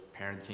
parenting